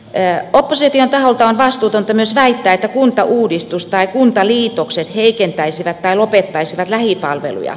opposition taholta on vastuutonta myös väittää että kuntauudistus tai kuntaliitokset heikentäisivät tai lopettaisivat lähipalveluja